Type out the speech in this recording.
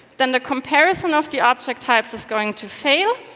then the comparison of the object types is going to fail,